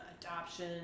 adoption